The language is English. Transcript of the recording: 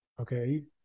okay